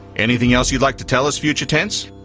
anything else you'd like to tell us future tense?